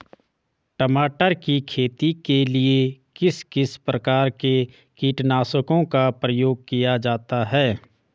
टमाटर की खेती के लिए किस किस प्रकार के कीटनाशकों का प्रयोग किया जाता है?